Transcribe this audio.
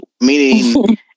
meaning